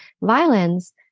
violence